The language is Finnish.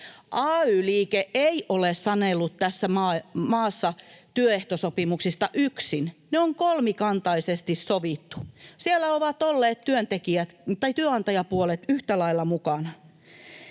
Ay-liike ei ole sanellut tässä maassa työehtosopimuksista yksin, ne on kolmikantaisesti sovittu. Siellä ovat olleet työnantajapuolet yhtä lailla mukana.